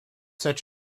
such